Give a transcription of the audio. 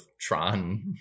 Tron